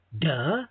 Duh